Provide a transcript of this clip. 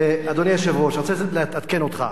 אדוני היושב-ראש, אני רוצה לעדכן אותך: